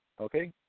okay